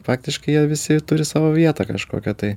faktiškai jie visi turi savo vietą kažkokią tai